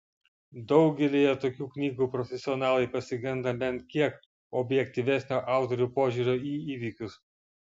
daugelyje tokių knygų profesionalai pasigenda bent kiek objektyvesnio autorių požiūrio į įvykius